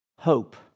hope